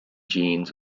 genes